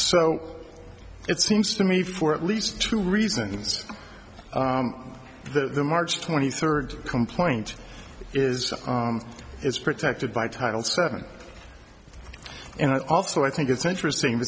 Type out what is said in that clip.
so it seems to me for at least two reasons the march twenty third complaint is is protected by title seven and also i think it's interesting